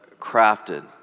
crafted